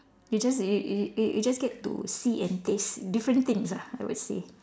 you just you you you just get to see and taste different things ah I would say